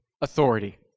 authority